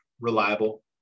reliable